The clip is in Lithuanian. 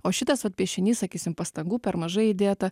o šitas vat piešinys sakysim pastangų per mažai įdėta